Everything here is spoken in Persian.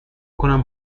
کنم